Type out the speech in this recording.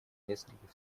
нескольких